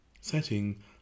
setting